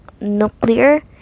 nuclear